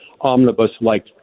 omnibus-like